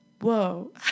Whoa